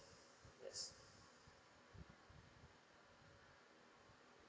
yes